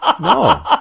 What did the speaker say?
No